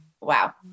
Wow